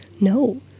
No